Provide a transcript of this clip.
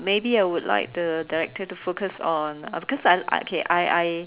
maybe I would like the director to focus on uh because I I K I I I